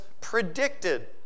predicted